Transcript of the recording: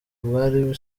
bwari